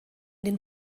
den